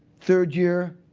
third year,